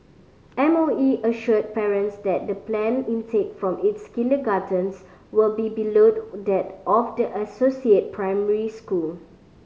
M O E assured parents that the planned intake from its kindergartens will be bellowed that of the associated primary school